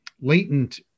latent